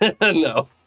No